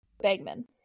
Bagman